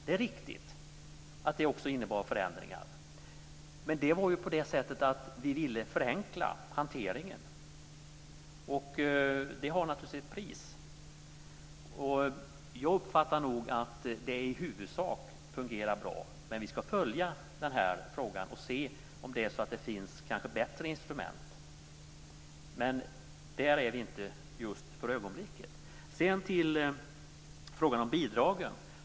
Det är riktigt att schablonen också innebar förändringar. Men vi ville förenkla hanteringen, och det har naturligtvis ett pris. Jag uppfattar att det i huvudsak fungerar bra, men vi ska följa frågan och se om det kanske finns bättre instrument. Men där är vi inte just för ögonblicket. Jag övergår nu till frågan om bidragen.